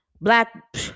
black